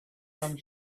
come